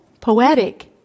poetic